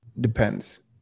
depends